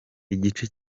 igice